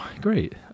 Great